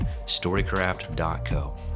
storycraft.co